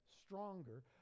stronger